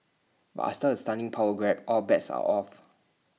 but A stunning power grab all bets are off